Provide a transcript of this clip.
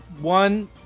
one